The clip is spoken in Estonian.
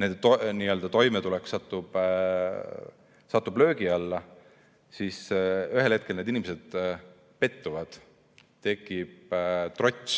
nende toimetulek satub löögi alla. Siis ühel hetkel need inimesed pettuvad, tekib trots